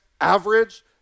average